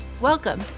Welcome